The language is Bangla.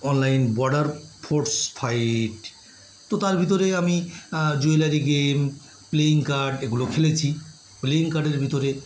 অনলাইন বর্ডার ফোর্স ফাইট তো তার ভিতরে আমি জুয়েলারি গেম প্লেইং কার্ড এগুলো খেলেছি প্লেইিং কার্ডের ভিতরে